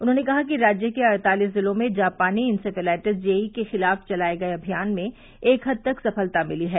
उन्होंने कहा कि राज्य के अड़तीस जिलों में जापानी इन्सेफेलाइटिस जेइं के खिलाफ चलाए गये अभियान में एक हद तक सफलता मिली है